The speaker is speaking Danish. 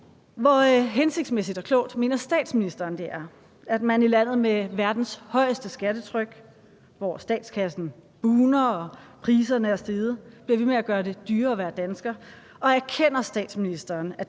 Hvor hensigtsmæssigt og klogt mener statsministeren det er, at man i landet med verdens højeste skattetryk, hvor statskassen bugner og priserne er steget, bliver ved med at gøre det dyrere at være dansker? Og erkender statsministeren,